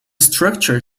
structure